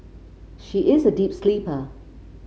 she is a deep sleeper